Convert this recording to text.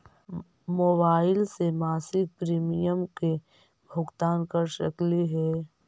Mobile से मासिक premium के भुगतान कर सकली हे?